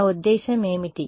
నా ఉద్దేశ్యం ఏమిటి